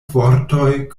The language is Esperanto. vortoj